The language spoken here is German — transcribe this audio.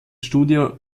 studio